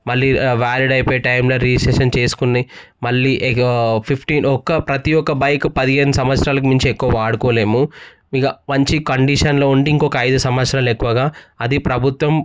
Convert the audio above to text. మళ్ళీ వ్యాలిడ్ అయిపోయే టైంలో రిజిస్ట్రేషన్ చేసుకుని మళ్ళీ ఫిఫ్టీన్ ఒక ప్రతి ఒక్క బైక్ పదిహేను సంవత్సరాలకు మించి ఎక్కువ వాడుకోలేము ఇక మంచి కండిషన్లో ఉండి ఇంకొక ఐదు సంవత్సరాలు ఎక్కువగా అది ప్రభుత్వం